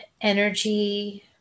energy